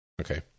Okay